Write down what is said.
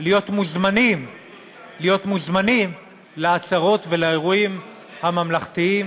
להיות מוזמנים לעצרות ולאירועים הממלכתיים.